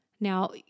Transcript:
Now